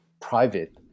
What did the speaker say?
private